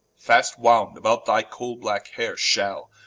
fast wound about thy coale-black hayre, shall,